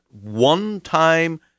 one-time